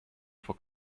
for